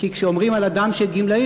כי כשאומרים על אדם "גמלאי",